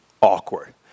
awkward